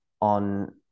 on